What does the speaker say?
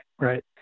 right